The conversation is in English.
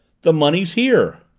the money's here!